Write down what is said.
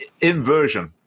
inversion